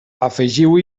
afegiu